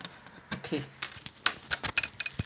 okay